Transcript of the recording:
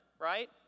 right